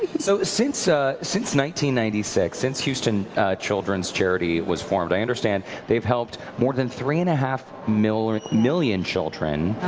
so since ah since ninety ninety six, since houston children's charity was formed, i understand they've helped more than three and a half million million children.